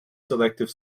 selective